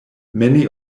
many